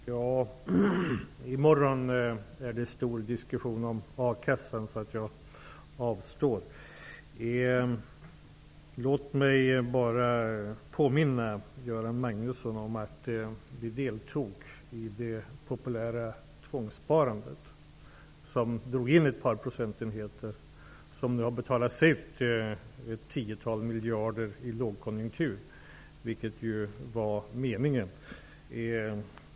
Fru talman! I morgon kommer det att vara en stor diskussion om a-kassan. Jag avstår från att kommentera det nu. Låt mig bara påminna Göran Magnusson om att vi deltog i det populära tvångssparandet som drog in ett par procentenheter. I lågkonjunkturen har ett tiotal miljarder betalats ut, vilket var meningen.